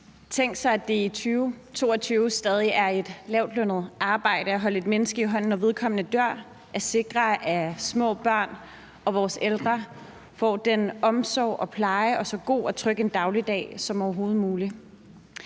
Tænk sig, at det i 2022 stadig er et lavtlønnet arbejde at holde et menneske i hånden, når vedkommende dør, eller at sikre, at små børn og vores ældre får omsorg og pleje og så god og tryg en dagligdag som overhovedet muligt.